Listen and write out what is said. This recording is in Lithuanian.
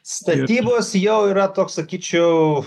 statybos jau yra toks sakyčiau